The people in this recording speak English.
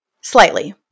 slightly